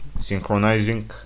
synchronizing